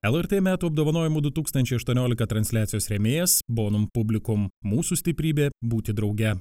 lrt metų apdovanojimų du tūkstančiai aštuoniolika transliacijos rėmėjas bonum publicum mūsų stiprybė būti drauge